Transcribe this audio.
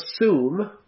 assume